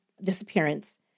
disappearance